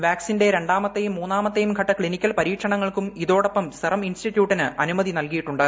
വാക്സിന്റെ രണ്ടാമത്തെ യും മൂന്നാമത്തെയും ഘട്ട ക്ലിനിക്കൽ പരീക്ഷണങ്ങൾക്കും ഇതോടൊപ്പം സെറം ഇന്സ്ടിട്യൂട്ടിന് അനുമതി നൽകിയി ട്ടുണ്ട്